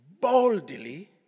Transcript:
boldly